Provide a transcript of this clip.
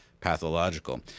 pathological